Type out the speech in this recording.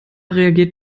reagiert